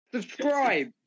Subscribe